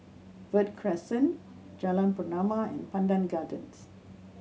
Verde Crescent Jalan Pernama and Pandan Gardens